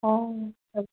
অঁ